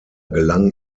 gelang